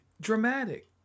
dramatic